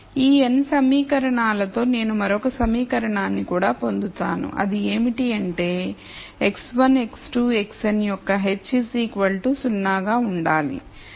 ఈ n సమీకరణాలతో నేను మరొక సమీకరణాన్ని కూడా పొందుతాను అది ఏమిటి అంటే x1 x2 xn యొక్క h 0 గా ఉండాలి